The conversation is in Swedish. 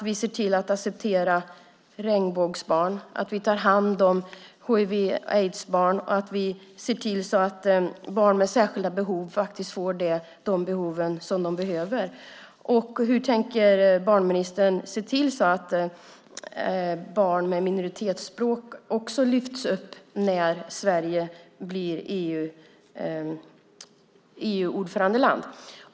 Vi ser till att vi accepterar regnbågsbarn, vi tar hand om hiv/aids-barn och vi ser till att barn med särskilda behov får sina behov tillgodosedda. Hur tänker barnministern se till så att barn med minoritetsspråk också lyfts upp när Sverige blir EU-ordförandeland?